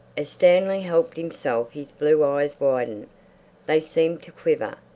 as stanley helped himself his blue eyes widened they seemed to quiver.